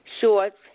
shorts